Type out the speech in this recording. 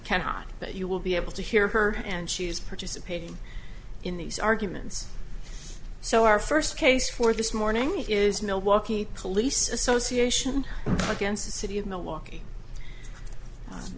cannot but you will be able to hear her and she is participating in these arguments so our first case for this morning is milwaukee police association against the city of milwaukee